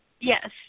Yes